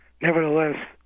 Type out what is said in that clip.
Nevertheless